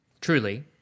truly